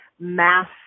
mass